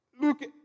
look